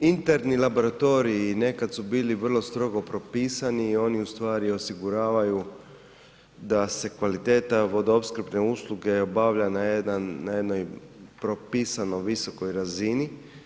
interni laboratoriji nekad su bili vrlo strogo propisani i oni ustvari osiguravaju da se kvaliteta vodoopskrbne usluge obavlja na jednoj propisano visokoj razini.